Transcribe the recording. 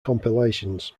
compilations